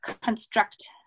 construct